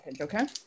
okay